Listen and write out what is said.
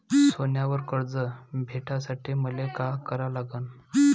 सोन्यावर कर्ज भेटासाठी मले का करा लागन?